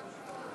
הכנסת.